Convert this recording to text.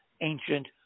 ancient